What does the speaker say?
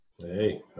Hey